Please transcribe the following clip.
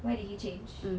where did you change